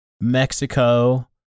Mexico